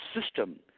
system